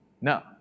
No